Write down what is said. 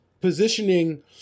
positioning